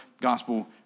gospel